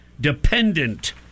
dependent